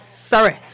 Sorry